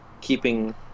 keeping